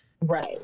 Right